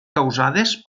causades